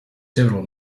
several